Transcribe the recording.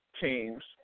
teams